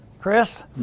Chris